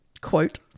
quote